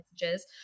messages